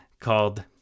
called